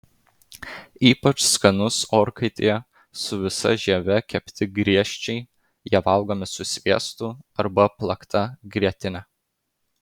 ypač skanus orkaitėje su visa žieve kepti griežčiai jie valgomi su sviestu arba plakta grietine